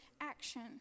action